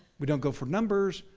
we don't go for numbers,